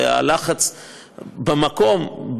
והלחץ במקום,